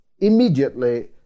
immediately